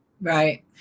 Right